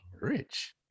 rich